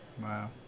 Wow